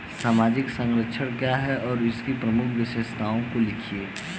सामाजिक संरक्षण क्या है और इसकी प्रमुख विशेषताओं को लिखिए?